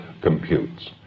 computes